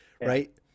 right